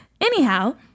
Anyhow